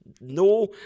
No